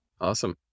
Awesome